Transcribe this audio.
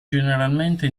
generalmente